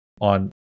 on